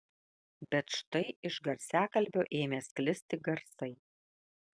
bet štai iš garsiakalbio ėmė sklisti garsai